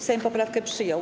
Sejm poprawkę przyjął.